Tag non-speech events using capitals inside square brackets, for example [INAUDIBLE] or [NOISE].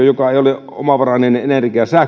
[UNINTELLIGIBLE] joka ei ole omavarainen energian